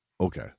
Okay